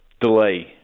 delay